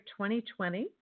2020